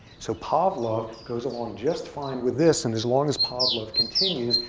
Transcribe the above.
so pavlov goes along just fine with this. and as long as pavlov continues,